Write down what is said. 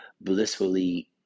blissfully